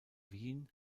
wien